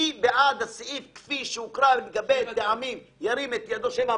מי בעד הסעיף כפי שהוקרא לגבי טעמים 7ד?